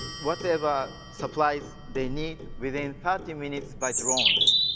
whatever supplies they need within thirty minutes by drones.